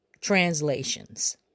translations